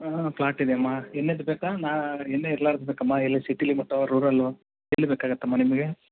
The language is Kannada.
ಪ್ಲಾಟಿದೆ ಅಮ್ಮ ಎನ್ ಏದು ಬೇಕಾ ನಾ ಎನ್ ಎ ಇರ್ಲಾರ್ದು ಬೇಕಮ್ಮ ಎಲ್ಲಿ ಸಿಟಿಲ್ಲಿ ಮತ್ತು ರೂರಲ್ಲು ಎಲ್ಲಿ ಬೇಕಾಗುತ್ತಮ್ಮ ನಿಮಗೆ